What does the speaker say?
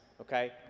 okay